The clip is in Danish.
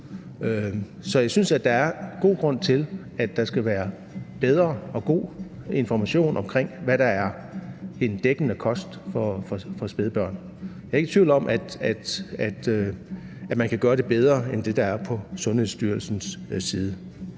Så jeg synes, at der er god grund til, at der skal være god og bedre information omkring, hvad der er en dækkende kost for spædbørn. Jeg er ikke i tvivl om, at man kan gøre det bedre end det, der er på Sundhedsstyrelsens